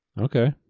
Okay